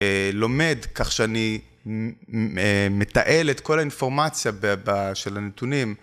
לומד כך שאני מתעל את כל האינפורמציה של הנתונים.